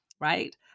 right